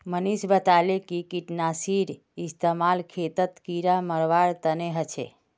मनीष बताले कि कीटनाशीर इस्तेमाल खेतत कीड़ा मारवार तने ह छे